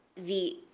the